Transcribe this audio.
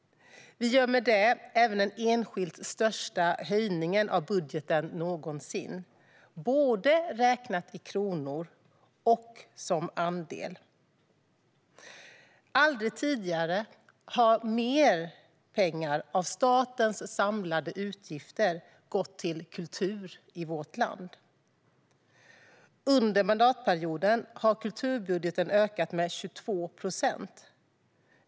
Vi gör därmed den enskilt största höjningen av budgeten någonsin, både räknat i kronor och som andel. Aldrig tidigare har mer pengar av statens samlade utgifter gått till kultur i vårt land. Under mandatperioden har kulturbudgeten ökat med 22 procent.